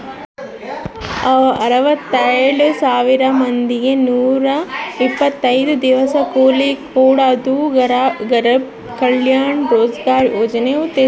ಅರವತ್ತೆಳ್ ಸಾವಿರ ಮಂದಿಗೆ ನೂರ ಇಪ್ಪತ್ತೈದು ದಿವಸ ಕೂಲಿ ಕೊಡೋದು ಗರಿಬ್ ಕಲ್ಯಾಣ ರೋಜ್ಗರ್ ಯೋಜನೆ ಉದ್ದೇಶ